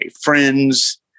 friends